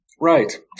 right